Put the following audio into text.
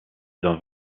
d’un